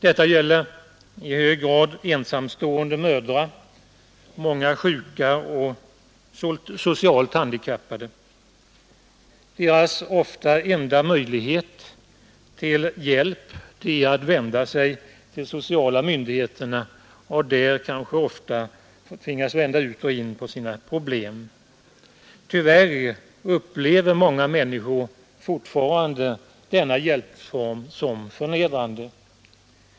Detta gäller i hög grad ensamstående mödrar, många sjuka och socialt handikappade. Deras ofta enda möjlighet till hjälp är att vända sig till de sociala myndigheterna och där kanske ofta vända ut och in på sina problem. Tyvärr upplever många människor fortfarande denna hjälpform som förnedrande.